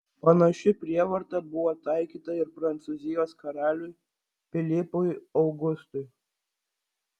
panaši prievarta buvo taikyta ir prancūzijos karaliui pilypui augustui